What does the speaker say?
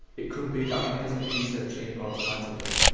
it could be that it hasn't been searching automatically.